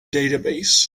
database